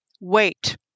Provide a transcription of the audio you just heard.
wait